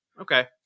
okay